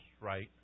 right